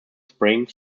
spring